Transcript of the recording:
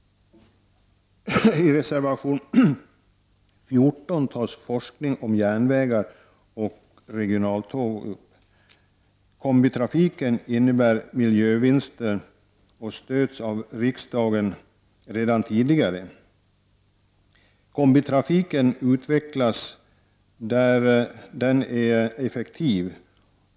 I reservation 14 tas forskning om järnvägar och regionaltåg upp. Kombitrafiken innebär miljövinster och stöds av riksdagen sedan tidigare. Kombitrafiken utvecklas där denna är effektiv.